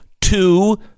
Two